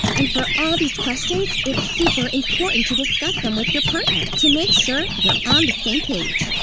and for all these questions, it's super important to discuss them with your partner to make sure you're on the same page,